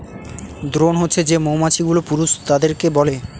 drone হছে যে মৌমাছি গুলো পুরুষ তাদেরকে বলে